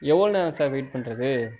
எவோளோ நேரம் sir wait பண்ணுறது